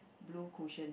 blue cushion